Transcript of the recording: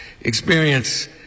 experience